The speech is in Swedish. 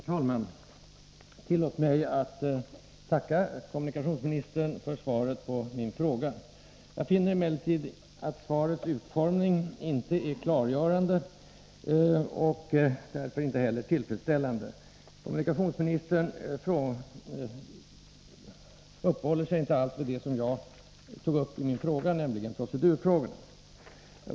Herr talman! Tillåt mig att tacka kommunikationsministern för svaret på min fråga. Jag finner emellertid att svarets utformning inte är klargörande och därför inte heller tillfredsställande. Kommunikationsministern uppehåller sig inte alls vid det som jag tog upp i min fråga, nämligen procedurfrågan.